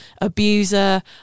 Abuser